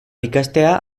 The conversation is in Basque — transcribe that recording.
ikastea